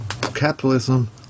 Capitalism